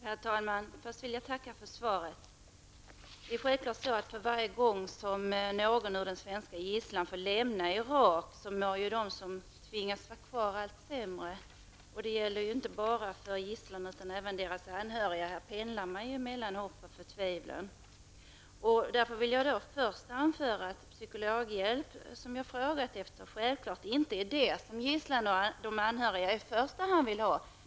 Herr talman! Jag vill först tacka utrikesministern för svaret. Varje gång som någon ur den svenska gisslan får lämna Irak mår självfallet de som tvingas vara kvar allt sämre. Det gäller inte bara gisslan, utan även deras anhöriga. Här pendlar man mellan hopp och förtvivlan. Jag vill först och främst anföra att den psykologhjälp som jag frågat efter självfallet inte är vad gisslan och deras anhöriga i första hand vill.